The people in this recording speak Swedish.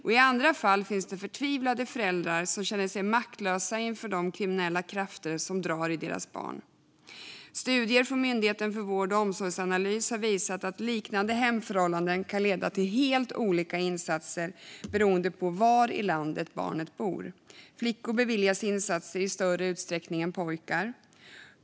I andra fall finns det förtvivlade föräldrar som känner sig maktlösa inför de kriminella krafter som drar i deras barn. Studier från Myndigheten för vård och omsorgsanalys har visat att liknande hemförhållanden kan leda till helt olika insatser beroende på var i landet barnet bor. Flickor beviljas också insatser i större utsträckning än pojkar.